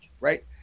right